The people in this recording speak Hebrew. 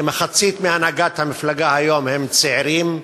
כמחצית מהנהגת המפלגה היום הם צעירים,